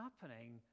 happening